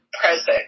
present